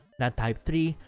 nat type three,